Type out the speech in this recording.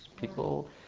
people